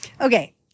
okay